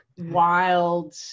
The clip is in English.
wild